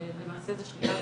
ולמעשה זה שלילת